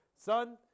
Son